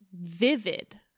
Vivid